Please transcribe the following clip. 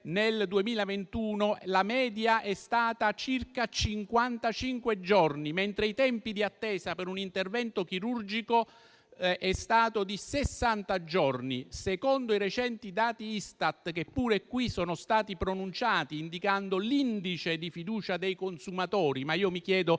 - la media è stata di circa cinquantacinque giorni, mentre i tempi d'attesa per un intervento chirurgico sono stati di sessanta. Secondo i recenti dati Istat, che pure qui sono stati pronunciati, indicando l'indice di fiducia dei consumatori - ma io vi chiedo